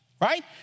right